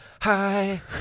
Hi